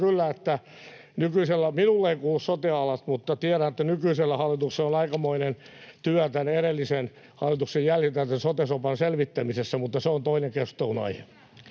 ratkaisemaan. Nykyisellään minulle ei kuulu sote-alat, mutta tiedän, että nykyisellä hallituksella on aikamoinen työ edellisen hallituksen jäljiltä tämän sote-sopan selvittämisessä, mutta se on toinen keskustelunaihe.